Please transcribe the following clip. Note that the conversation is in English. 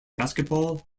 basketball